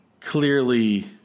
clearly